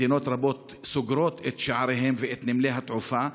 מדינות רבות סוגרות את שעריהן ואת נמלי התעופה,